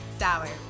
sour